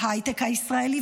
בהייטק הישראלי,